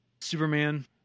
Superman